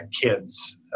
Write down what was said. kids